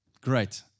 Great